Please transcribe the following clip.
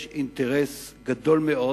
יש אינטרס גדול מאוד